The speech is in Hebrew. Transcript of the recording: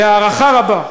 בהערכה רבה.